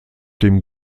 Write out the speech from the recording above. dem